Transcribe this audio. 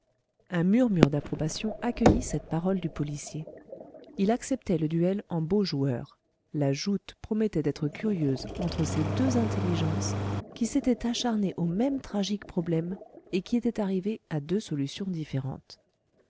un murmure d'approbation accueillit cette parole du policier il acceptait le duel en beau joueur la joute promettait d'être curieuse entre ces deux intelligences qui s'étaient acharnées au même tragique problème et qui étaient arrivées à deux solutions différentes